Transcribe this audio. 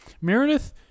Meredith